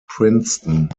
princeton